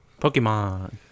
Pokemon